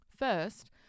First